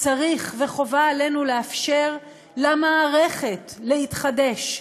צריך וחובה עלינו לאפשר למערכת להתחדש,